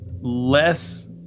less